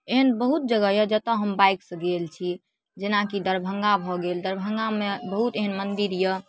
एहन बहुत जगह यए जतय हम बाइकसँ गेल छी जेनाकि दरभंगा भऽ गेल दरभंगामे बहुत एहन मन्दिर यए